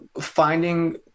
finding